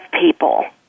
people